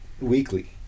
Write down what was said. weekly